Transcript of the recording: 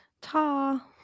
Ta